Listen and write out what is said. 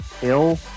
kill